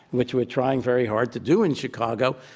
which we're trying very hard to do in chicago,